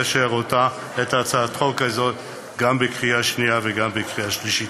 לאשר את הצעת החוק הזאת גם בקריאה שנייה וגם בקריאה שלישית.